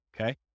Okay